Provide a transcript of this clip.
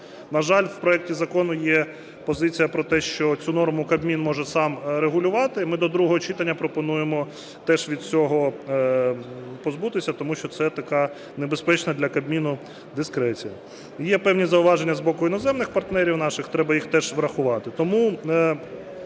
На жаль, в проекті закону є позиція про те, що цю норму Кабмін може сам регулювати. Ми до другого читання пропонуємо теж від цього позбутися, тому що це така небезпечна для Кабміну дискреція. Є певні зауваження з боку іноземних партнерів наших, треба їх теж врахувати.